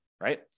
right